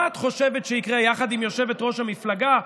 מה את חושבת שיקרה, יחד עם יושבת-ראש המפלגה,